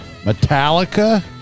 Metallica